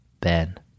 Ben